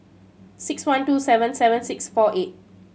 six one two seven seven six four eight